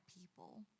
people